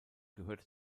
gehörte